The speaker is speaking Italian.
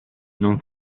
non